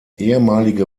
ehemalige